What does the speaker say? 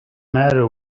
matter